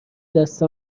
دست